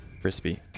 crispy